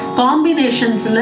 combinations